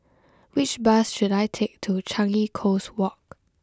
which bus should I take to Changi Coast Walk